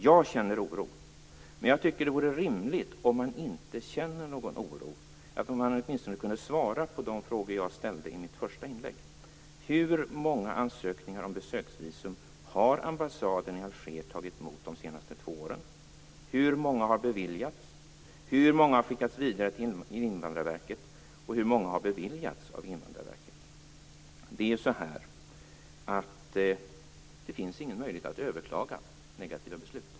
Jag känner oro, och jag tycker att det vore rimligt att statsrådet - även om han inte är oroad - åtminstone kunde svara på de frågor som jag ställde i mitt första inlägg. Hur många ansökningar om besöksvisum har ambassaden i Alger tagit emot de senaste två åren? Hur många har beviljats? Hur många har skickats vidare till Invandrarverket, och hur många har beviljats av Invandrarverket? Det finns ingen möjlighet att överklaga negativa beslut.